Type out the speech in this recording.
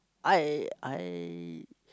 I I